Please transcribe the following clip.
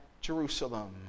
Jerusalem